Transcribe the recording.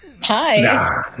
Hi